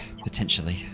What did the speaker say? potentially